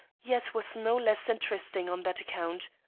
yet was no less interesting on that account.